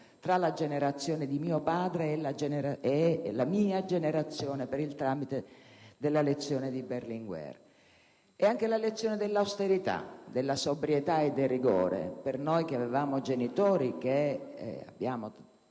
tra la generazione di mio padre e la mia generazione per il tramite della lezione di Berlinguer. Allo stesso modo, la lezione dell'austerità, della sobrietà e del rigore per noi che avevamo genitori (e li abbiamo